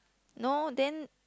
no then